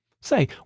Say